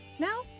Now